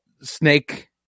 snake